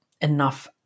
enough